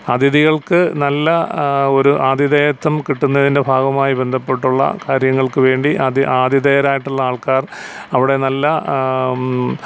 അതിഥികൾക്കു നല്ല ഒരു ആതിഥേയത്വം കിട്ടുന്നതിൻറ്റെ ഭാഗമായി ബന്ധപ്പെട്ടുള്ള കാര്യങ്ങൾക്കു വേണ്ടി ആതിഥേയരായിട്ടുള്ള ആൾക്കാർ അവിടെ നല്ല